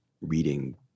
reading